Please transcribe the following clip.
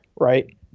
right